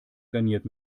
garniert